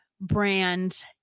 brand